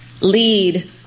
lead